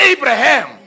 Abraham